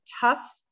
tough